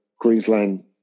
Queensland